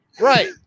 Right